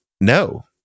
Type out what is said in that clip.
no